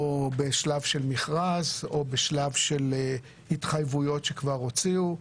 או בשלב של מכרז או בשלב של התחייבויות שכבר הוציאו.